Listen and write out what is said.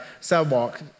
sidewalk